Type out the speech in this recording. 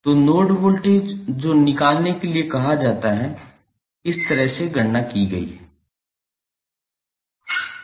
तो node voltage जो निकालने के लिए कहा जाता है इस तरह से गणना की गई है